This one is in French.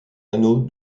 anneau